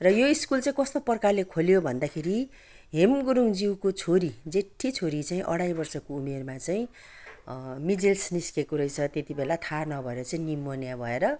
र यो स्कुल चाहिँ कस्तो प्रकारले खोल्यो भन्दाखेरि हेम गुरुङज्यूको छोरी जेठी चाहिँ अढाई वर्षको उमेरमा चाहिँ अ मिजेल्स निस्केको रहेछ त्यति बेला थाहा नभएर चाहिँ निमोनिया भएर